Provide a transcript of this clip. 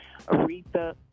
Aretha